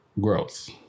growth